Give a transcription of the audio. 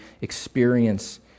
experience